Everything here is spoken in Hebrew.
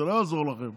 זה לא יעזור לכם,